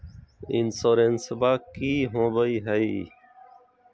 इंसोरेंसबा की होंबई हय?